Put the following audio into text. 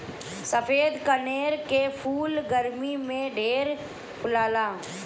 सफ़ेद कनेर के फूल गरमी में ढेर फुलाला